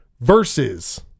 versus